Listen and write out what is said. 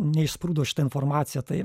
neišsprūdo šita informacija tai